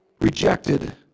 rejected